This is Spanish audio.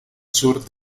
sur